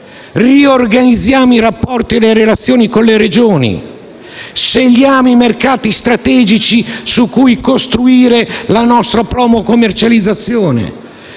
riorganizziamo i rapporti e le relazioni con le Regioni e scegliamo i mercati strategici su cui costruire la nostra promo-commercializzazione.